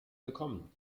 willkommen